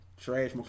trash